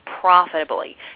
profitably